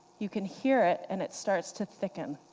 you can hear it, and it starts to thicken.